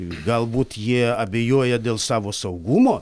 galbūt jie abejoja dėl savo saugumo